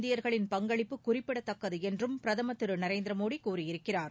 இந்தியர்களின் பங்களிப்பு குறிப்பிடத்தக்கது என்றும் பிரதமர் திரு நரேந்திர மோடி கூறியிருக்கிறார்